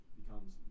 becomes